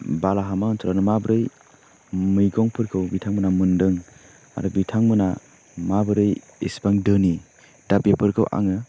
बालाहामा ओनसोलावनो माब्रै मैगंफोरखौ बिथांमोना मोनदों आरो बिथांमोना माबोरै इसिबां धोनि दा बेफोरखौ आङो